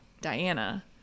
Diana